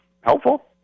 helpful